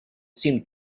seemed